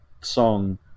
song